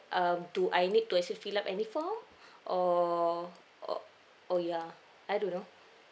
um do I need to actually fill up any form or or or ya I don't know